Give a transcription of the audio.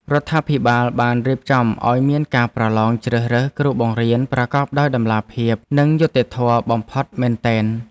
រដ្ឋាភិបាលបានរៀបចំឱ្យមានការប្រឡងជ្រើសរើសគ្រូបង្រៀនប្រកបដោយតម្លាភាពនិងយុត្តិធម៌បំផុតមែនទែន។